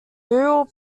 burial